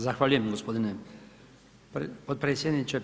Zahvaljujem g. potpredsjedniče.